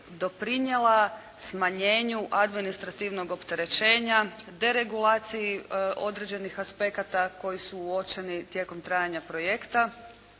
doprinijela smanjenju administrativnog opterećenja, deregulaciji određenih aspekata koji su uočeni tijekom trajanja projekta